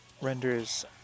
renders